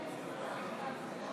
אינה